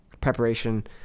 Preparation